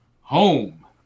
home